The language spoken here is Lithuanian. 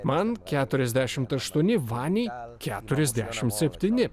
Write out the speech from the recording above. man keturiasdešim aštuoni vaniai keturiasdešim septyni